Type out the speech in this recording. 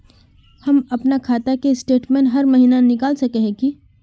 हम अपना खाता के स्टेटमेंट हर महीना निकल सके है की?